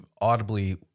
audibly